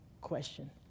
question